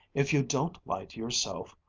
if you don't lie to yourself,